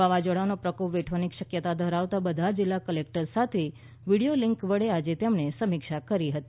વાવાઝોડાનો પ્રકોપ વેઠવાની શક્યતા ધરાવતા બધા જિલ્લાના કલેક્ટર સાથે વિડિયો લિન્ક વડે આજે તેમણે સમિક્ષા કરી હતી